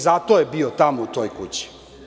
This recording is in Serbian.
Zato je bio tamo u toj kući.